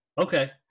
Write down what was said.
Okay